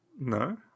No